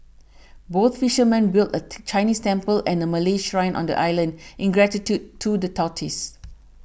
both fishermen built a Chinese temple and a Malay shrine on the island in gratitude to the tortoise